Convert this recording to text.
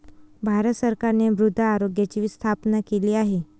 भारत सरकारने मृदा आरोग्याची स्थापना केली आहे